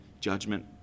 judgment